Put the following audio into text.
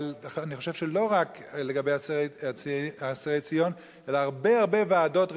אבל אני חושב שלא רק לגבי אסירי ציון אלא הרבה הרבה ועדות רפואיות,